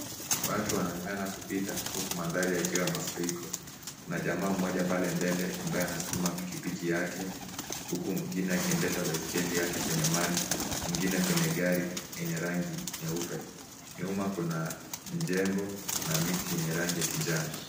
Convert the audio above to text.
Watu wanang'ang'ana kupita huku mandari yakiwa ya mafuriko. Kuna jamaa mmoja pale mbele ambaye anasukuma pikipiki yake, huku mwingine akiendesha baiskeli yake kwenye maji, ingine kwenye gari yenye rangi nyeupe. Nyuma kuna mijengo na miti yenye rangi ya kijani.